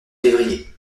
février